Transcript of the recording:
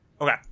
Okay